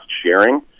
sharing